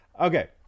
Okay